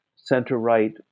center-right